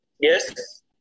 Yes